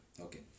Okay